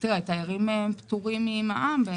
תיירים פטורים ממע"מ.